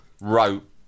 wrote